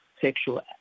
sexual